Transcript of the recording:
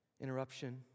interruption